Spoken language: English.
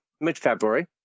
mid-February